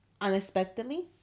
unexpectedly